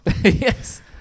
Yes